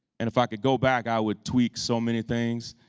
and if i could go back i would tweak so many things.